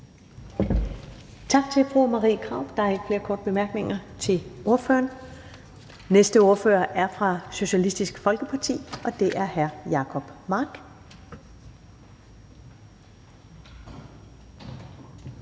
Tak til fru Marie Krarup. Der er ikke flere korte bemærkninger til ordføreren. Næste ordfører er fra Socialistisk Folkeparti, og det er hr. Jacob Mark.